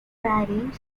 writing